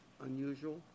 unusual